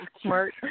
Smart